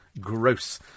Gross